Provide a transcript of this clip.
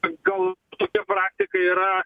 gal tokia praktika yra